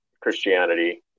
Christianity